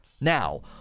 Now